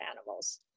animals